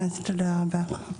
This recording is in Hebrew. תודה רבה.